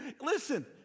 Listen